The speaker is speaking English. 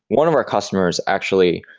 one of our customers actually,